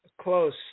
Close